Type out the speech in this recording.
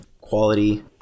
quality